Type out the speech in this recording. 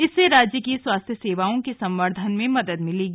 इससे राज्य की स्वास्थ्य सेवाओं के संवर्धन में मदद मिलेगी